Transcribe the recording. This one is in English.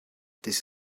this